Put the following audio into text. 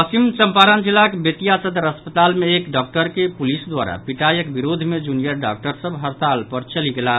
पश्चिम चंपारण जिलाक बेतिया सदर अस्पताल मे एक डॉक्टरक पुलिस द्वारा पिटाईक विरोध मे जूनियर डॉक्टर सभ हड़ताल पर चलि गेलाह